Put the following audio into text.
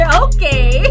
okay